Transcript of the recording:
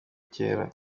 kera